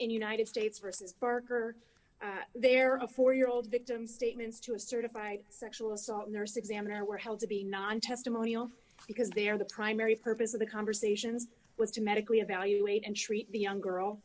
in united states versus barker there are a four year old victim statements to a certified sexual assault nurse examiner were held to be non testimonial because they are the primary purpose of the conversations was to medically evaluate and treat the young girl